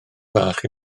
fach